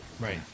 Right